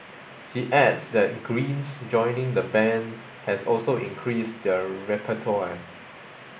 he adds that Green's joining the band has also increased their repertoire